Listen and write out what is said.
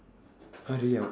!huh! really